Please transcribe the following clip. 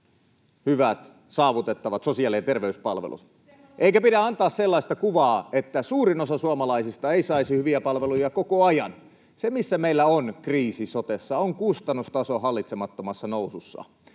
hyvät, saavutettavat sosiaali- ja terveyspalvelut, [Anne Kalmarin välihuuto] eikä pidä antaa sellaista kuvaa, että suurin osa suomalaisista ei saisi hyviä palveluja koko ajan. Se, missä meillä on kriisi sotessa, on kustannustaso hallitsemattomassa nousussa.